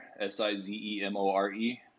S-I-Z-E-M-O-R-E